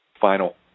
final